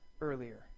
earlier